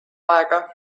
aega